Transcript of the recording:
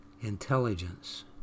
intelligence